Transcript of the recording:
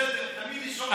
בסדר, תמיד לשאוף למעלה.